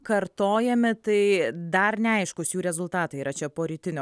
kartojami tai dar neaiškūs jų rezultatai yra čia po rytinio